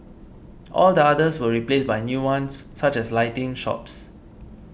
all the others were replaced by new ones such as lighting shops